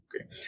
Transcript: Okay